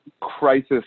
crisis